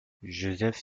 joseph